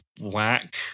whack